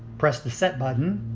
press the set button.